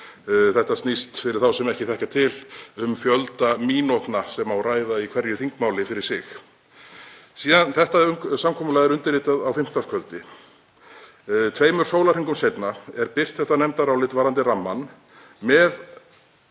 Þetta snýst fyrir þá sem ekki þekkja til um fjölda mínútna sem má ræða í hverju þingmáli fyrir sig. Þetta samkomulag var undirritað á fimmtudagskvöldi. Tveimur sólarhringum seinna er birt þetta nefndarálit varðandi rammann með